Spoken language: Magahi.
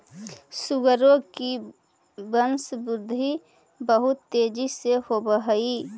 सुअरों की वंशवृद्धि बहुत तेजी से होव हई